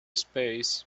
space